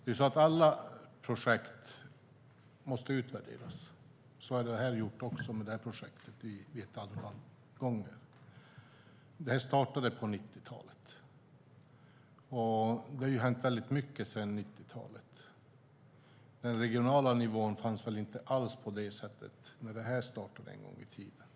Fru talman! Alla projekt måste utvärderas. Så har också gjorts med det här projektet ett antal gånger. Projektet startade på 90-talet, och det har hänt väldigt mycket sedan dess. Den regionala nivån fanns inte alls på det sättet när det här startade en gång i tiden.